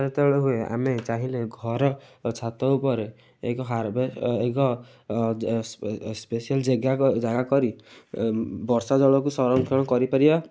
ବର୍ଷା ଯେତେବେଳେ ହୁଏ ଆମେ ଚାହିଁଲେ ଘର ଛାତ ଉପରେ ଏକ ହାରବେ ଏକ ସ୍ପେଶିଆଲ୍ ଯେଗା ଜାଗା କରି ବର୍ଷା ଜଳକୁ ସରଂକ୍ଷଣ କରିପାରିବା